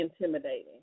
intimidating